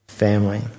family